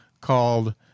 called